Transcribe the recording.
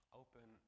open